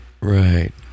Right